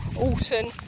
Alton